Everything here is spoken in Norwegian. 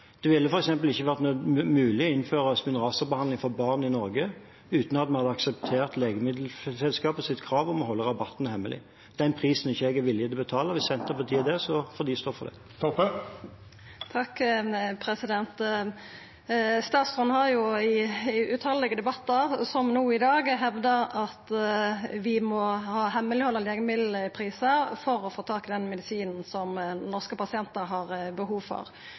Det ville f.eks. ikke vært mulig å innføre Spinraza-behandling for barn i Norge uten at man hadde akseptert legemiddelselskapets krav om å holde rabatten hemmelig. Den prisen er jeg ikke villig til å betale. Hvis Senterpartiet vil det, så får de stå for det. Statsråden har jo i tallause debattar, som no i dag, hevda at vi må ha hemmeleghald av legemiddelprisar for å få tak i den medisinen som norske pasientar har behov for.